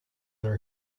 are